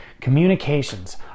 communications